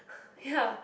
ya